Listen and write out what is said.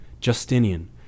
Justinian